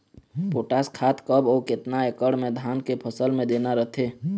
Potash खाद कब अऊ केतना एकड़ मे धान के फसल मे देना रथे?